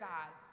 God